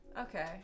Okay